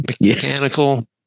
mechanical